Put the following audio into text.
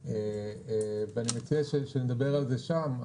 אני מציע שנדבר על זה שם,